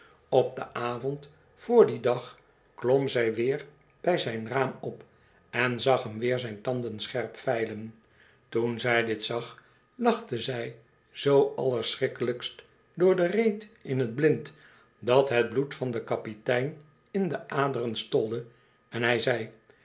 op den avond vr dien dag klom zij weer bij zyn raam op en zag hem weer zijne tanden scherp vijlen toen zij dit zag lachte zij zoo allerschrikkelijkst door de reet in t blind dat het bloed den kapitein in de aderen stolde en hij zei